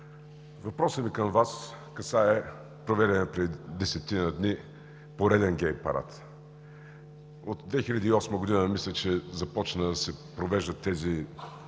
Въпросът ми към Вас касае проведения преди десетина дни пореден гей парад. От 2008 г. мисля, че започнаха да се провеждат тези